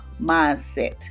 mindset